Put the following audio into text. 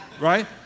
Right